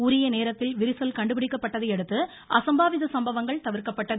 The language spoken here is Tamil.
உரிய நேரத்தில் விரிசல் கண்டுபிடிக்கப்பட்டதையடுத்து அசம்பாவித சம்பவங்கள் தவிர்க்கப்பட்டது